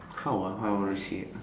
how ah how I want to say it ah